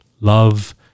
Love